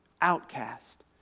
outcast